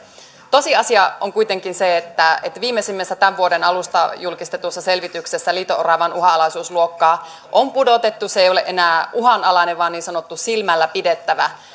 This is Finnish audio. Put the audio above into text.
tosiasia on kuitenkin se että että viimeisimmässä tämän vuoden alussa julkistetussa selvityksessä liito oravan uhanalaisuusluokkaa on pudotettu se ei ole enää uhanalainen vaan niin sanottu silmällä pidettävä